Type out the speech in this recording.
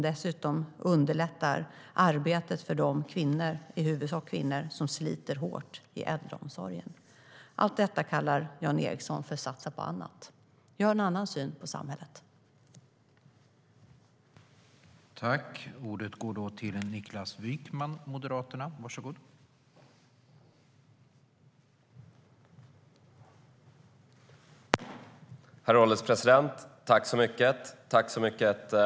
Det underlättar dessutom arbetet för de - i huvudsak - kvinnor som sliter hårt i äldreomsorgen. Allt detta kallar Jan Ericson för att satsa på annat. Vi har en annan syn på samhället.